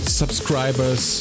subscribers